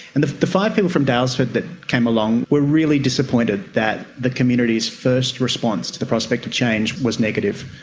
and the the five people from daylesford that came along were really disappointed that the community's first response to the prospect of change was negative.